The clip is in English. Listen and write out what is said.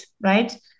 right